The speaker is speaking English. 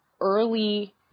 early